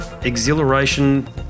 exhilaration